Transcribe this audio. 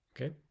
okay